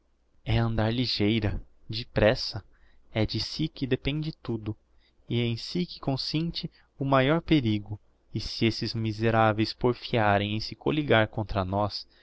é andar ligeira depressa é de si que depende tudo e em si que consiste o maior perigo e se esses miseraveis porfiarem em se colligar contra nós